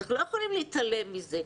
אנחנו לא יכולים להתעלם מזה.